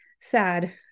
sad